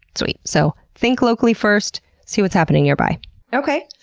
sweet. so, think locally first, see what's happening nearby okay,